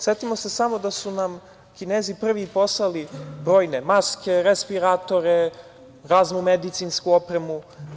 Setimo se samo da su nam Kinezi prvi i poslali brojne maske, respiratore, raznu medicinsku opremu.